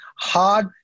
hard